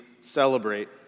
celebrate